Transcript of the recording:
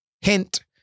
hint